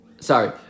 Sorry